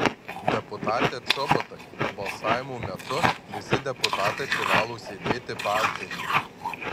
deputate čobotai balsavimo metu visi deputatai privalo sėdėti parteryje